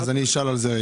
אני אשאל על זה.